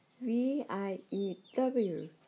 V-I-E-W